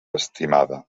estimada